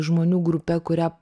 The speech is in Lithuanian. žmonių grupe kurią